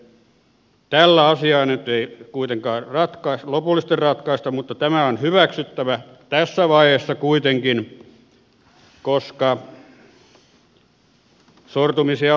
tällä asiaa nyt ei kuitenkaan lopullisesti ratkaista mutta tämä on hyväksyttävä tässä vaiheessa kuitenkin koska sortumisia on tapahtunut